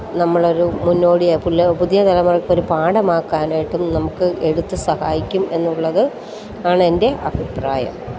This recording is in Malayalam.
നമ്മളൊരു മുന്നോടിയായ് പുല പുതിയ തലമുറയ്ക്കൊരു പാഠമാക്കാനായിട്ടും നമുക്ക് എഴുത്ത് സഹായിക്കും എന്നുള്ളത് ആണെൻ്റെ അഭിപ്രായം